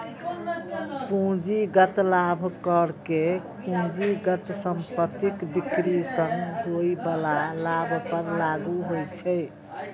पूंजीगत लाभ कर केवल पूंजीगत संपत्तिक बिक्री सं होइ बला लाभ पर लागू होइ छै